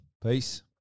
Peace